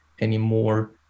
anymore